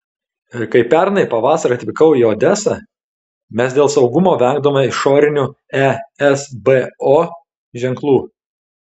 kai pernai pavasarį atvykau į odesą mes dėl saugumo vengdavome išorinių esbo ženklų